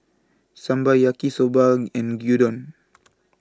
Sambar Yaki Soba and Gyudon